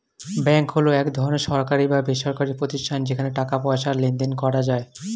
bank হলো এক ধরনের সরকারি বা বেসরকারি প্রতিষ্ঠান যেখানে টাকা পয়সার লেনদেন করা যায়